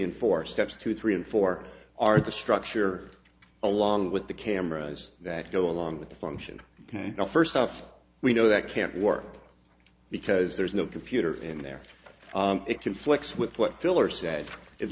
and four steps two three and four are the structure along with the cameras that go along with the function ok first off we know that can't work because there's no computer in there it conflicts with what filler